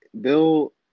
Bill